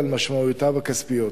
הנושא, על משמעויותיו הכספיות.